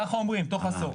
ככה אומרים, תוך עשור.